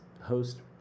host